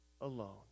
alone